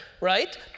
right